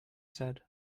said